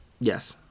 Yes